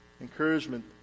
Encouragement